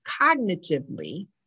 cognitively